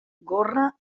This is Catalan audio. gorra